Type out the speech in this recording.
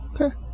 okay